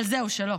אבל זהו, שלא,